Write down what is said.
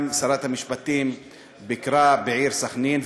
גם שרת המשפטים ביקרה בעיר סח'נין,